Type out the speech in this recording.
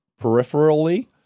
peripherally